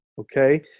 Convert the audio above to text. okay